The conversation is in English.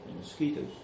Mosquitoes